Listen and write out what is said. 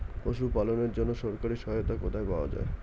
পশু পালনের জন্য সরকারি সহায়তা কোথায় পাওয়া যায়?